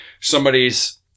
somebody's